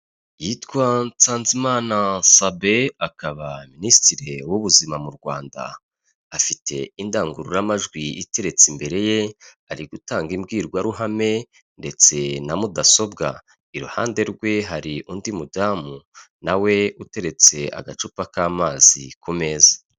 Yitwa Nsanzimana Sabin akaba minisitiri w'ubuzima mu Rwanda afite indangururamajwi iteretse imbere ye, ari gutanga imbwirwaruhame ndetse na mudasobwa, iruhande rwe hari undi mudamu nawe uteretse agacupa k'amazi ku meza.